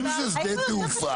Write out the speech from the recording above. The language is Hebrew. אם זה שדה תעופה,